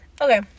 Okay